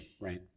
Right